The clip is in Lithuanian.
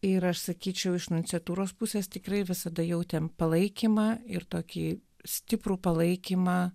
ir aš sakyčiau iš nunciatūros pusės tikrai visada jautėme palaikymą ir tokį stiprų palaikymą